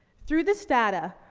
through this data,